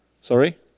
Sorry